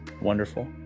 wonderful